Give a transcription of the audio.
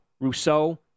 Rousseau